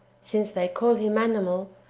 since they call him animal,